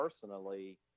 personally